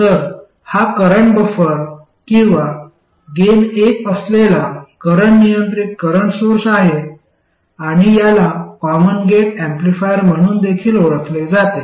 तर हा current buffer किंवा गेन एक असलेला करंट नियंत्रित करंट सोर्स आहे आणि याला कॉमन गेट ऍम्प्लिफायर म्हणून देखील ओळखले जाते